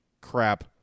crap